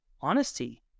honesty